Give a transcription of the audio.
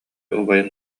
убайын